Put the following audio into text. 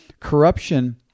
corruption